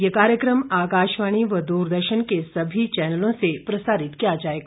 ये कार्यक्रम आकाशवाणी व दूरदर्शन के सभी चैनलों से प्रसारित किया जाएगा